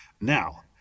Now